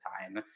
time